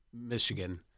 Michigan